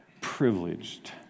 privileged